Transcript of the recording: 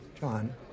John